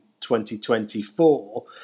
2024